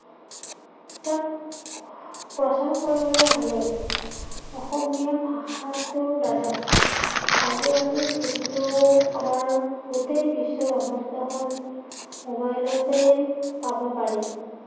তাক প্ৰচাৰ কৰবলৈ হ'লে অসমীয়া ভাষাটোৰ দ্বাৰাই আজিকালি যিহেতু আমাৰ গোটেই বিশ্ব ব্ৰহ্মাণ্ডখন মোবাইলতেই পাব পাৰি